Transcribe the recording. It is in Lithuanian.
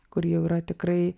kuri jau yra tikrai